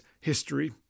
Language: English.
history